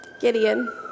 Gideon